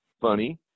funny